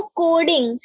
coding